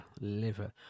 liver